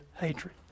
hatred